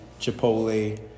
Chipotle